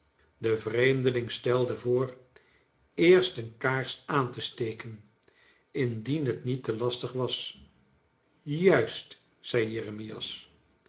de vreemdeling stelde voor eerst een kaars aan te steken indien het niet te lastig was juist zei jeremias